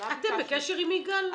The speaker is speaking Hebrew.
בקשר עם יגאל?